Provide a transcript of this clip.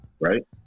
right